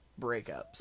breakups